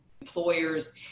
employers